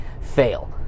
fail